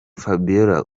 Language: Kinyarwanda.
fabiola